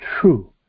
true